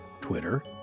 Twitter